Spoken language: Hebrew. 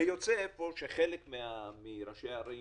יוצא אפוא שחלק מראשי הערים